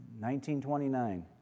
1929